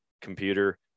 computer